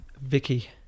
Vicky